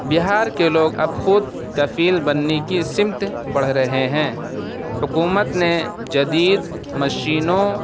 بہار کے لوگ اب خود کفیل بننے کی سمت بڑھ رہے ہیں حکومت نے جدید مشینوں